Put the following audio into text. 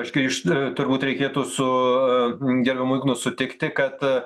aš grįž turbūt reikėtų su gerbiamu ignu sutikti kad